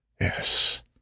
Yes